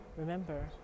Remember